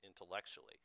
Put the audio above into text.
intellectually